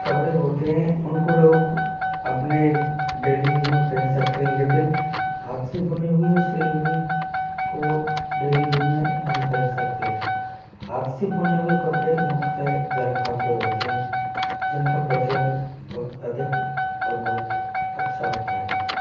कपड़े होते हैं उनको लोग अपने डेली यूज में पहन सकते हैं लेकिन हाँथ से बुने हुए और सिले हुए को लोग डेली यूज में नहीं पहन सकते हाँथ से बुने हुए कपड़े मुख्यतः गर्म कपड़े होते हैं जिनका प्रचलन बहुत अधिक और बहुत अच्छा होता है